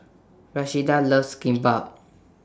Rashida loves Kimbap